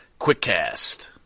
quickcast